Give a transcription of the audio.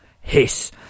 Hiss